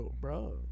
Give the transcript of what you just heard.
bro